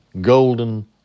golden